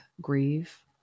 grieve